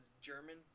German